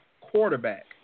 quarterback